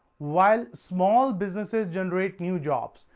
while small businesses generate new jobs,